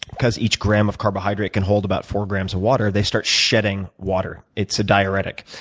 because each gram of carbohydrate can hold about four grams of water, they start shedding water. it's a diuretic.